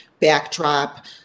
backdrop